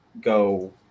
go